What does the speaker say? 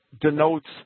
denotes